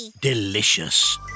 Delicious